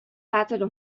pratende